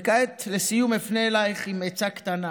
וכעת, לסיום, אפנה אלייך בעצה קטנה